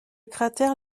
cratère